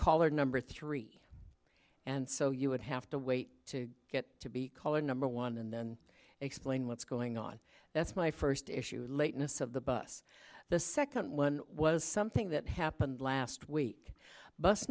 caller number three and so you would have to wait to get to be caller number one and then explain what's going on that's my first issue lateness of the bus the second one was something that happened last week bus